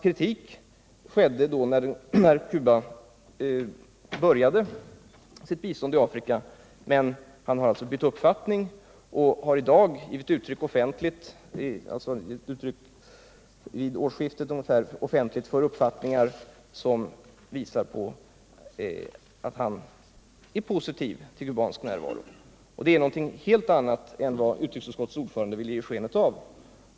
Vid årsskiftet gjorde president Kaunda offentliga uttalanden som visar att han är positiv till kubansk närvaro i Afrika. Det är något helt annat än vad utrikesutskottets ordförande vill ge sken av.